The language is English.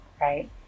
right